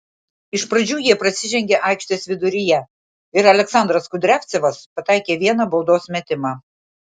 iš pradžių jie prasižengė aikštės viduryje ir aleksandras kudriavcevas pataikė vieną baudos metimą